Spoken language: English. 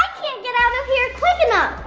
get out of here quick enough!